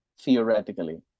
theoretically